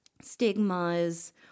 stigmas